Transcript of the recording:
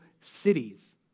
cities